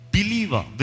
Believer